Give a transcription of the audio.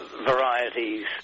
varieties